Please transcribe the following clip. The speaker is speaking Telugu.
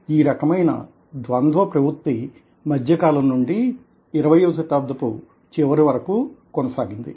ఈ రకమైన ద్వంద్వ ప్రవృత్తి మధ్య కాలం నుండి 20 వ శతాబ్దపు చివరి వరకు కొనసాగింది